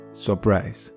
surprise